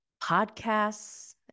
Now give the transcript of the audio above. podcasts